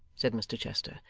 said mr chester,